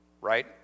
right